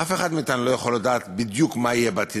אף אחד מאתנו לא יכול לדעת בדיוק מה יהיה בעתיד.